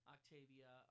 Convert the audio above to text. Octavia